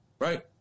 Right